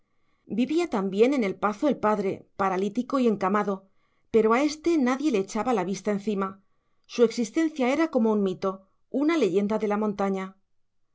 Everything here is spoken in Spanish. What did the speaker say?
vivía también en el pazo el padre paralítico y encamado pero a éste nadie le echaba la vista encima su existencia era como un mito una leyenda de la montaña